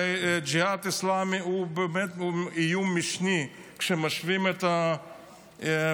הרי הג'יהאד האסלאמי הוא איום משני כשמשווים את האיום,